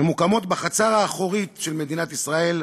ממוקמות בחצר האחורית של מדינת ישראל,